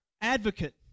advocate